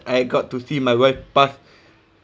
I got to see my wife pass